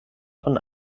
von